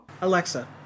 alexa